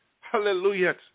Hallelujah